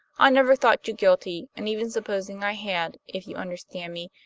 i never thought you guilty and even supposing i had, if you understand me,